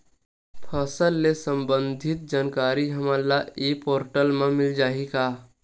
फसल ले सम्बंधित जानकारी हमन ल ई पोर्टल म मिल जाही का?